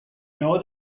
know